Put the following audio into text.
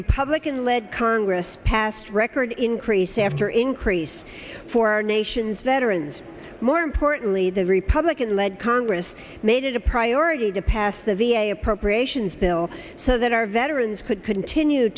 republican led congress passed record increase after increase for our nation's veterans more importantly the republican led congress made it a priority to pass the v a appropriations bill so that our veterans could continue